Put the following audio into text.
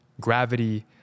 gravity